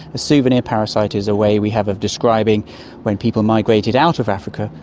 a souvenir parasite is a way we have of describing when people migrated out of africa,